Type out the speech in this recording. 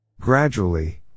Gradually